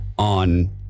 On